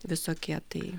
visokie tai